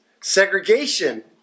segregation